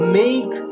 make